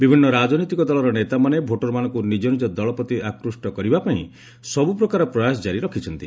ବିଭିନ୍ନ ରାଜନୈତିକ ଦଳର ନେତାମାନେ ଭୋଟରମାନଙ୍କୁ ନିଜ ନିଜ ଦଳ ପ୍ରତି ଆକୃଷ୍ଟ କରିବା ପାଇଁ ସବୁପ୍ରକାର ପ୍ରୟାସ ଜାରି ରଖିଛନ୍ତି